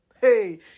hey